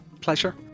pleasure